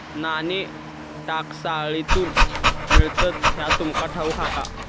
नाणी टांकसाळीतसून मिळतत ह्या तुमका ठाऊक हा काय